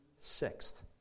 Sixth